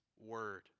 word